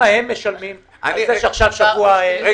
-- אמרת.